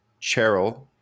Cheryl